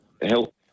help